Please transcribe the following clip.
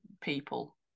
people